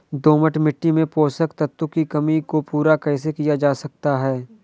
दोमट मिट्टी में पोषक तत्वों की कमी को पूरा कैसे किया जा सकता है?